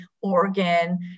Oregon